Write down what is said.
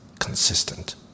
Consistent